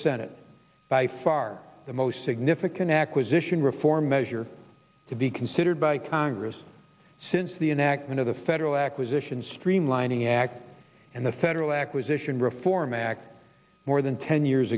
senate by far the most significant acquisition reform measure to be considered by congress since the enactment of the federal acquisition streamlining act and the federal acquisition reform act more than ten years